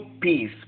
peace